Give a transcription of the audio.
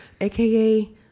AKA